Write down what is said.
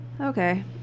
Okay